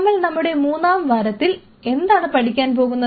നമ്മൾ നമ്മുടെ മൂന്നാം വാരത്തിൽ എന്താണ് പഠിക്കാൻ പോകുന്നത്